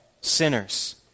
sinners